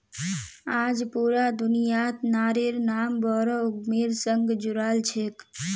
आज पूरा दुनियात नारिर नाम बोरो उद्यमिर संग जुराल छेक